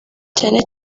cyane